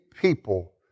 people